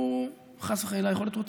חס וחלילה, להיות רוצח.